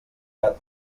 gat